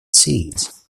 seeds